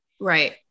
Right